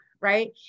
right